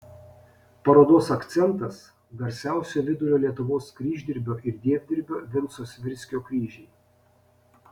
parodos akcentas garsiausio vidurio lietuvos kryždirbio ir dievdirbio vinco svirskio kryžiai